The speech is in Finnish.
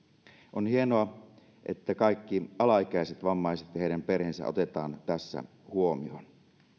on hienoa että kaikki alaikäiset vammaiset ja heidän perheensä otetaan tässä huomioon